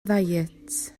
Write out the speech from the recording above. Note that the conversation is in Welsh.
ddiet